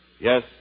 Yes